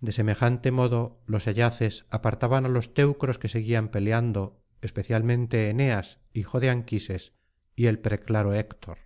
de semejante modo los ayaces apartaban á los teucros que seguían peleando especialmente eneas hijo de anquises y el preclaro héctor